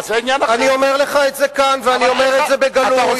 אני אומר לך את זה כאן, ואני אומר לך את זה בגלוי.